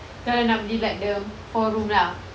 kalau nak beli like the four room lah